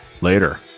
Later